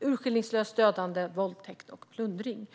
urskillningslöst dödande, våldtäkter och plundring.